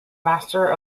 master